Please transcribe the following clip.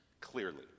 clearly